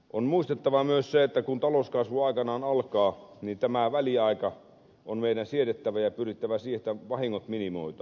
on muistettava myös se että kun talouskasvu aikanaan alkaa niin tämä väliaika on meidän siedettävä ja pyrittävä siihen että vahingot minimoidaan